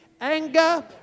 anger